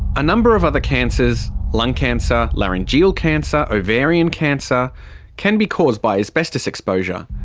a number of other cancers lung cancer, laryngeal cancer, ovarian cancer can be caused by asbestos exposure.